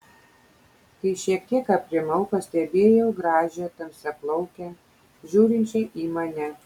kai šiek tiek aprimau pastebėjau gražią tamsiaplaukę žiūrinčią į mane